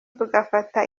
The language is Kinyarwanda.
tugafata